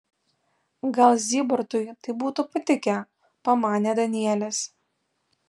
gal zybartui tai būtų patikę pamanė danielis